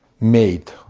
made